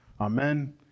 Amen